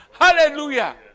Hallelujah